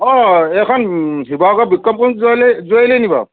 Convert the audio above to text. অ এইখন Sivasagar Bikrampur jewellery jewellery নি বাৰু